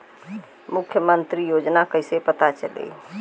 मुख्यमंत्री योजना कइसे पता चली?